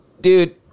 dude